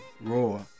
roar